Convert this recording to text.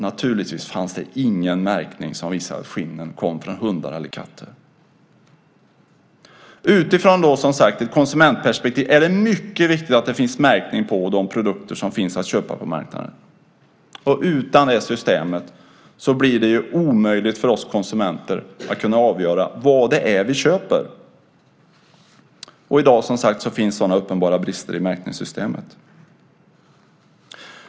Naturligtvis fanns det ingen märkning som visade att skinnen kom från hundar eller katter. Utifrån ett konsumentperspektiv är det mycket viktigt att det finns märkning på de produkter som finns att köpa på marknaden. Utan ett sådant system blir det omöjligt för oss konsumenter att kunna avgöra vad det är vi köper. I dag finns sådana uppenbara brister i märkningssystemet.